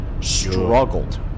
struggled